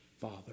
father